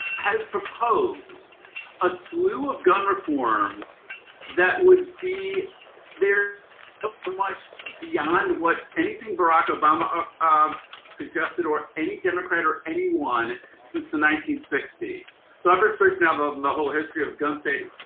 has proposed a slew of gun reforms that would be there ah much beyond what anything barack obama ah um suggested or any democrat or anyone since the nineteen sixty s. so i've researched now ah um the whole history of gun safety.